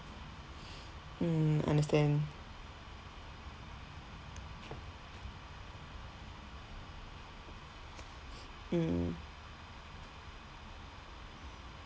mm understand mm